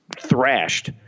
thrashed